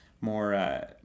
more